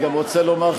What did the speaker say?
אני גם רוצה לומר,